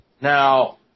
Now